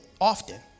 often